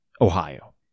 Ohio